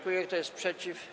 Kto jest przeciw?